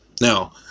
Now